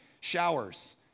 showers